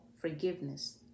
forgiveness